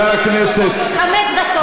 חמש דקות,